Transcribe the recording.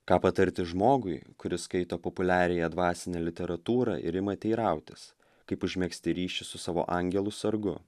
ką patarti žmogui kuris skaito populiariąją dvasinę literatūrą ir ima teirautis kaip užmegzti ryšį su savo angelu sargu